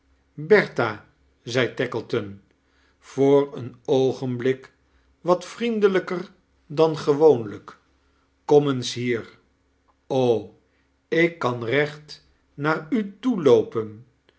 bertha zed tackleton voor een oogemblik wat vriendelijker dan gewoonlijk kom eens hier ik kan recht naar u toe